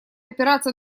опираться